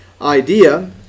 idea